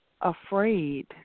afraid